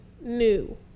new